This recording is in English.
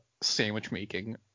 sandwich-making